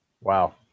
wow